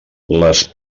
les